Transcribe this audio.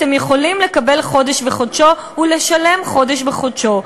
אתם יכולים לקבל חודש בחודשו ולשלם חודש בחודשו.